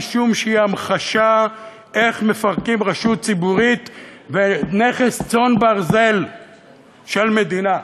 משום שהיא המחשה איך מפרקים רשות ציבורית ונכס צאן ברזל של מדינה,